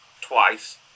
twice